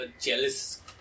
jealous